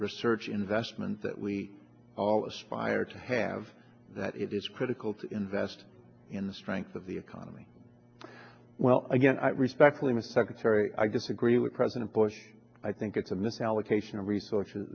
research investments that we all aspire to have that it is critical to invest in the strength of the economy well again i respectfully mr secretary i disagree with president bush i think it's a misallocation of resources